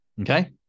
Okay